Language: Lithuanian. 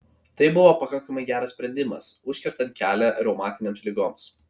tai buvo pakankamai geras sprendimas užkertant kelią reumatinėms ligoms